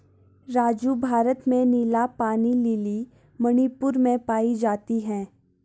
राजू भारत में नीला पानी लिली मणिपुर में पाई जाती हैं